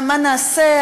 מה נעשה?